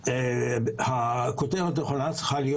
אני חושב שהכותרת הנכונה צריכה להיות